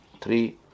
three